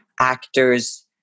actors